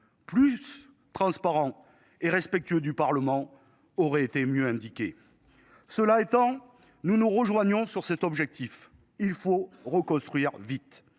plus transparent et respectueux du Parlement, aurait été mieux indiqué. Cela étant, nous nous rejoignons sur un objectif : il faut reconstruire vite